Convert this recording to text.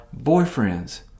boyfriends